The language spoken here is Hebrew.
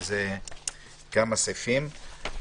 שזה כמה סעיפים.